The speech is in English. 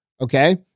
okay